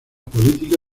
política